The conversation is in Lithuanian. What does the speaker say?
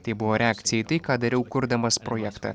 tai buvo reakcija į tai ką dariau kurdamas projektą